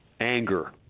Anger